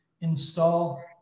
install